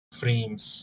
frames